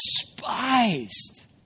despised